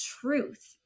truth